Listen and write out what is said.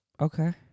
Okay